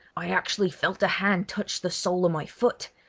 i actually felt a hand touch the sole of my foot.